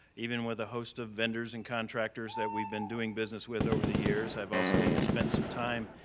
even with a host of vendors and contractors that we've been doing business with over the years. i've also spent some time